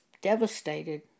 devastated